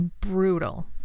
brutal